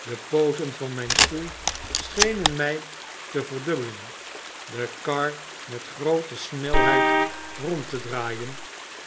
de pooten van myn stoel schenen my te verdubbelen de kar met groote snelheid rond te draaien